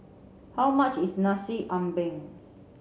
how much is Nasi Ambeng